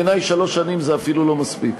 בעיני אפילו שלוש שנים זה לא מספיק.